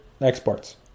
exports